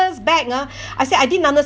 back ah I said I didn't understand